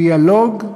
הדיאלוג